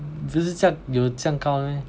不是这样有这样高 meh